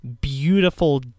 beautiful